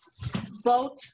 Vote